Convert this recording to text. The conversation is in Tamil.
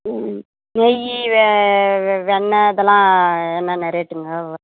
ம் நெய் வெண்ணை இதெல்லாம் என்னென்ன ரேட்டுங்க வ